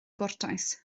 gwrtais